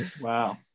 wow